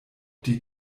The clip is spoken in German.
die